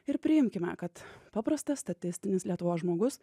ir priimkime kad paprastas statistinis lietuvos žmogus